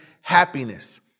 happiness